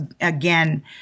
again